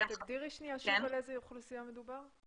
תגדירי שוב על איזו אוכלוסייה את מדברת?